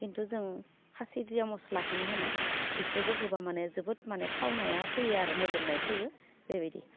खिन्थु जों खासि दिरा मस्लाखोनो होनो बेखौबो होबा माने जोबोद माने थावनाया फैयो आरो मोदोमनाय फैयो बेबायदि